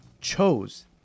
chose